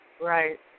Right